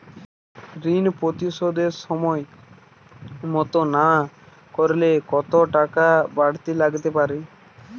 ঋন পরিশোধ সময় মতো না করলে কতো টাকা বারতি লাগতে পারে?